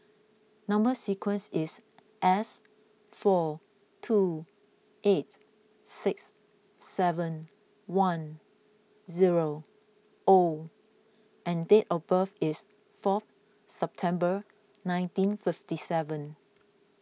Number Sequence is S four two eight six seven one zero O and date of birth is four September nineteen fifty seven